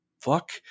fuck